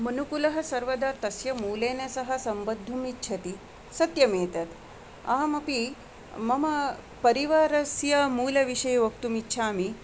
मनुकुलः सर्वदा तस्य मूलेन सह सम्बद्धुमिच्छति सत्यमेतत् अहमपि मम परिवारस्य मूलविषये वक्तुमिच्छामि